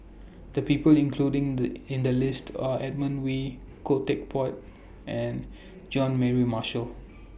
The People including The in The list Are Edmund Wee Khoo Teck Puat and John Mary Marshall